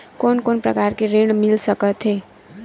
कोन कोन प्रकार के ऋण मिल सकथे?